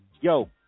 Yo